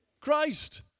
Christ